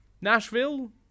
Nashville